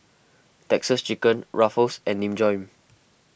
Texas Chicken Ruffles and Nin Jiom